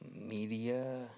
media